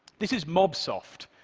this is mobsoft,